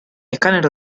escáner